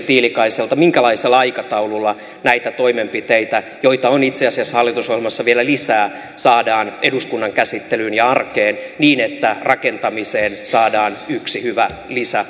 minkälaisella aikataululla näitä toimenpiteitä joita on itse asiassa hallitusohjelmassa vielä lisää saadaan eduskunnan käsittelyyn ja arkeen niin että rakentamiseen saadaan yksi hyvä lisäaskel